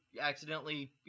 accidentally